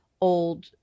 old